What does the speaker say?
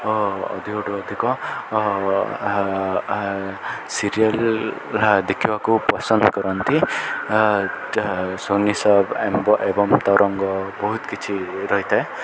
ଓ ଅଧିକ ଠୁ ଅଧିକ ସିରିଏଲ୍ ଦେଖିବାକୁ ପସନ୍ଦ କରନ୍ତି ସୋନି ସଭ ଏବଂ ତରଙ୍ଗ ବହୁତ କିଛି ରହିଥାଏ